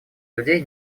людей